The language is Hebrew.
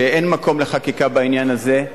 שאין מקום לחקיקה בעניין הזה,